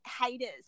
haters